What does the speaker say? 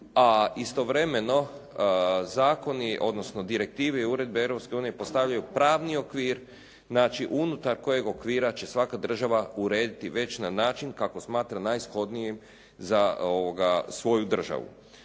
A istovremeno zakoni odnosno direktive i Uredbe Europske unije postavljaju pravni okvir, znači unutar kojeg okvira će svaka država urediti već na način kako smatra najshodnijim za svoju državu.